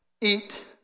eat